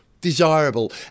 desirable